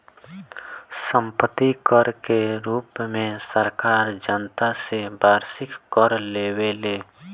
सम्पत्ति कर के रूप में सरकार जनता से वार्षिक कर लेवेले